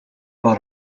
bar